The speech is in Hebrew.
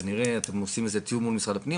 כנראה אתם עושים איזה תיאום מול משרד הפנים.